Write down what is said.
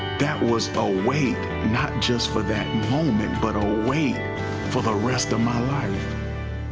that was a weight not just for that moment but a weight for the rest of my life.